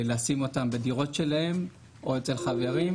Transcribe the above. לשים אותם בדירות שלהם או אצל חברים,